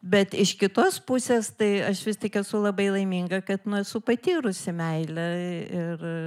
bet iš kitos pusės tai aš vis tik esu labai laiminga kad nu esu patyrusi meilę ir